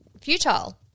futile